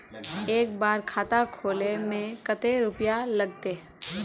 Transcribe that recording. एक बार खाता खोले में कते रुपया लगते?